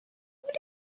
would